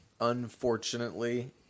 unfortunately